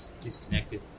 disconnected